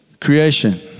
creation